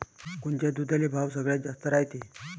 कोनच्या दुधाले भाव सगळ्यात जास्त रायते?